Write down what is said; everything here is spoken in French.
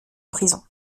prison